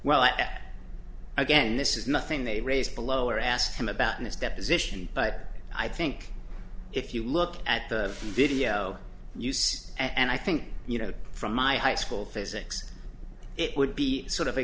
guess again this is nothing they raise below or ask him about in this deposition but i think if you look at the video use and i think you know from my high school physics it would be sort of a